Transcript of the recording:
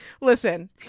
Listen